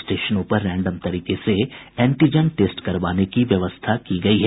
स्टेशनों पर रैंडम तरीके से एंटीजन टेस्ट करवाने की भी व्यवस्था की गयी है